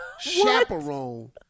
Chaperone